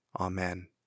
Amen